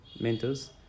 mentors